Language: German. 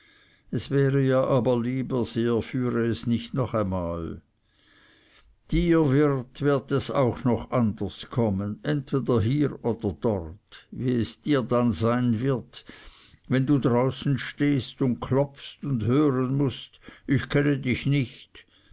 es wäre ihr aber lieber sie erführe es nicht noch einmal dir wirt wird es auch noch anders kommen entweder hier oder dort wie es dir dann sein wird wenn du draußen stehst und klopfst und hören mußt ich kenne dich nicht